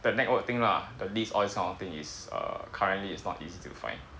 that network thing lah the leave all this kind of thing is err currently it's not easy to find